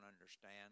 understand